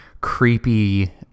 creepy